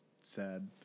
sad